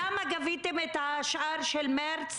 למה גביתם את השאר של מרץ?